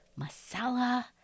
masala